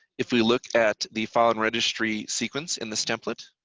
if we look at the file and registry sequence in this template,